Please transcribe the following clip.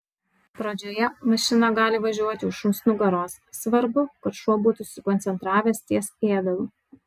pradžioje mašina gali važiuoti už šuns nugaros svarbu kad šuo būtų susikoncentravęs ties ėdalu